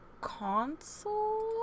console